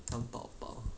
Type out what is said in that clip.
甘宝宝